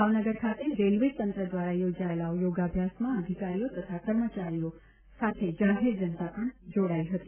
ભાવનગર ખાતે રેલવે તંત્ર દ્વારા યોજાયેલા યોગાભ્યાસમાં અધિકારીઓ તથા કર્મચારીઓ સાથે જાહેર જનતા પણ જોડાઈ હતી